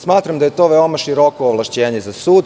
Smatram da je to veoma široko ovlašćenje za sud.